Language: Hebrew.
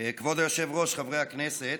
כבוד היושב-ראש, חברי הכנסת,